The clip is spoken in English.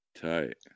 tight